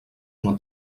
una